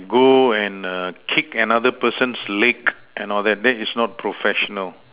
go and err kick another person's leg and all that that is not professional